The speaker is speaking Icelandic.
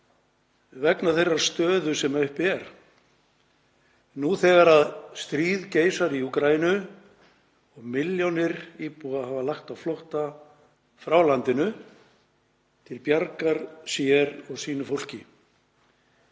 vegna þeirrar stöðu sem uppi er nú þegar stríð geisar í Úkraínu og milljónir íbúa hafa lagt á flótta frá landinu til bjargar sér og sínu fólki.